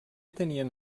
tenien